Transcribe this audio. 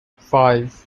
five